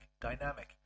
dynamic